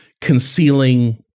concealing